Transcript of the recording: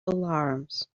alarms